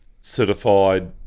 certified